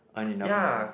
earn enough money